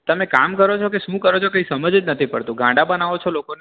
તમે કામ કરો છો કે શું કરો છો કંઈ સમજ જ નથી પડતું ગાંડા બનાવો છો લોકોને